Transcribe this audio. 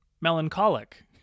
melancholic